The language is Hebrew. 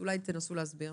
אולי תנסי להסביר.